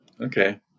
okay